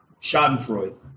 schadenfreude